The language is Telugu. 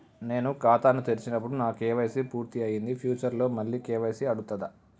నేను ఖాతాను తెరిచినప్పుడు నా కే.వై.సీ పూర్తి అయ్యింది ఫ్యూచర్ లో మళ్ళీ కే.వై.సీ అడుగుతదా?